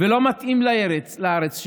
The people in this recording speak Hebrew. וזה לא מתאים לארץ שלנו.